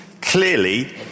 clearly